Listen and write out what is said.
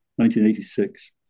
1986